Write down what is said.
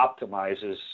optimizes